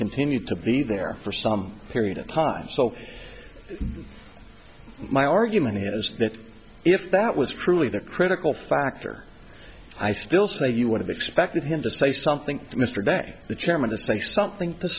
continued to be there for some period of time so my argument is that if that was truly the critical factor i still say you would have expected him to say something to mr de the chairman to say something to